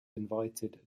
invited